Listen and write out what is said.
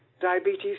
diabetes